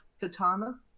katana